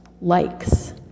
likes